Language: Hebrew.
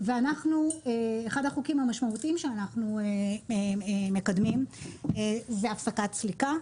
ואנחנו אחד החוקים המשמעותיים שאנחנו מקדמים זה הפסקת סליקה.